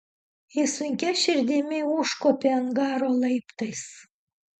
jis sunkia širdimi užkopė angaro laiptais